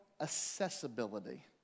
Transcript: accessibility